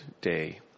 day